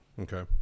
Okay